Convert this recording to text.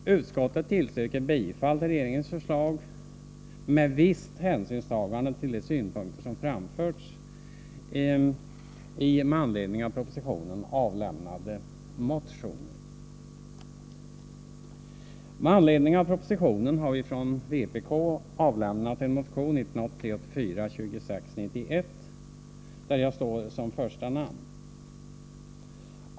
Utskottet tillstyrker bifall till regeringens förslag med visst hänsynstagande till de synpunkter som framförts i med anledning av propositionen avlämnade motioner. Med anledning av propositionen har vi från vpk avlämnat en motion, 1983/84:2691, där jag står som första namn.